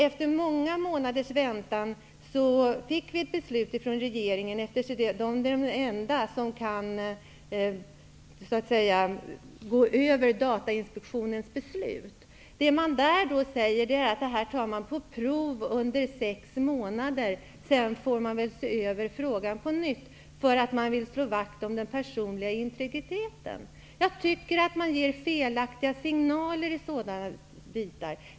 Efter många månaders väntan kom ett beslut från regeringen, den enda instans som kan ändra Datainspektionens beslut. Detta tillstånd gäller på prov i sex månader. Sedan får man se över frågan på nytt, eftersom man vill slå vakt om den personliga integriteten. Jag anser att regeringen ger felaktiga signaler i sådana frågor.